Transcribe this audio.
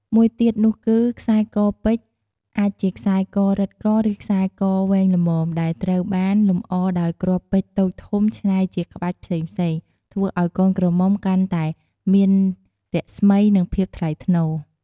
មួយទៀតនោះគឺ ខ្សែកពេជ្រអាចជាខ្សែករឹតក ឬខ្សែកវែងល្មម ដែលត្រូវបានលម្អដោយគ្រាប់ពេជ្រតូចធំច្នៃជាក្បាច់ផ្សេងៗ ធ្វើឲ្យកូនក្រមុំកាន់តែមានរស្មី និងភាពថ្លៃថ្នូរ។